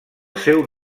seu